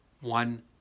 one